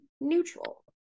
neutral